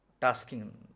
tasking